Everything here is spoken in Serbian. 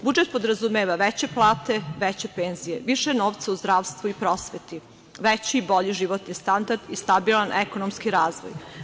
Budžet podrazumeva veće plate, veće penzije, više novca u zdravstvu i prosveti, veći i bolji životni standard i stabilan ekonomski razvoj.